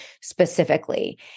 specifically